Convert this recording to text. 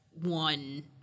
one